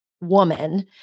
woman